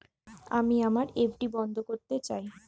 আমি আমার এফ.ডি বন্ধ করতে চাই